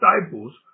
disciples